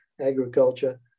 agriculture